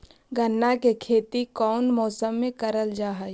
गन्ना के खेती कोउन मौसम मे करल जा हई?